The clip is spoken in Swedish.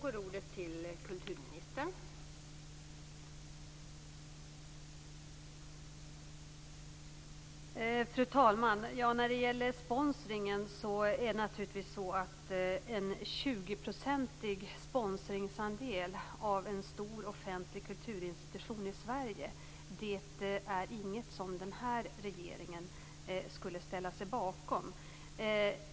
Fru talman! En 20-procentig sponsring av en stor offentlig kulturinstitution i Sverige är naturligtvis ingenting som den här regeringen skulle ställa sig bakom.